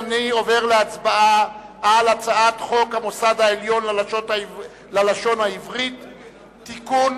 אני עובר להצבעה על הצעת חוק המוסד העליון ללשון העברית (תיקון,